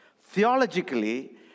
theologically